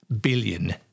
billion